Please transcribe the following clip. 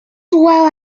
well